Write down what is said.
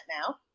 now